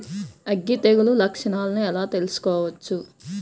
అగ్గి తెగులు లక్షణాలను ఎలా తెలుసుకోవచ్చు?